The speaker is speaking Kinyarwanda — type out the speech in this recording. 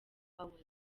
awards